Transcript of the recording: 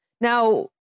Now